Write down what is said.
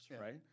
right